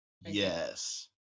Yes